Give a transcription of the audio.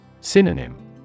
Synonym